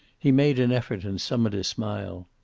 he made an effort and summoned a smile.